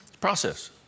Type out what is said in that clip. process